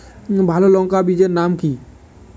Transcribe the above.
ভালো লঙ্কা বীজের নাম কি?